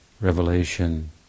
revelation